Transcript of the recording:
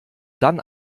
dann